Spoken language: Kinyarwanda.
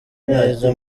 neza